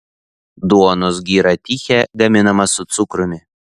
duonos gira tichė gaminama su cukrumi